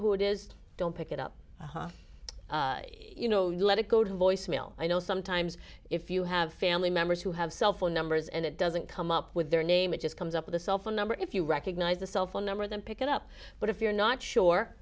who it is don't pick it up you know you let it go to voicemail i know sometimes if you have family members who have cell phone numbers and it doesn't come up with their name it just comes up with a cell phone number if you recognize the cell phone number then pick it up but if you're not sure